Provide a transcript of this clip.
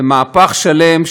זה מהפך שלם.